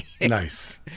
nice